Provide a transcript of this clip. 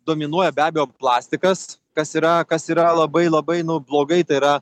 dominuoja be abejo plastikas kas yra kas yra labai labai blogai tai yra